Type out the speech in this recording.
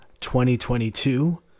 2022